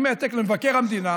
עם העתק למבקר המדינה,